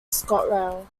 scotrail